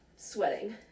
Sweating